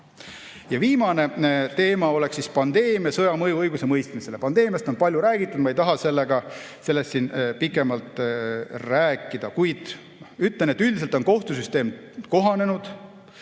usaldada. Viimane teema on pandeemia ja sõja mõju õigusemõistmisele. Pandeemiast on palju räägitud, ma ei taha sellest siin pikemalt rääkida, kuid ütlen, et üldiselt on kohtusüsteem kohanenud.